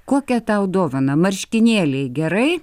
kokią tau dovaną marškinėliai gerai